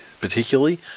particularly